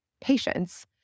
patience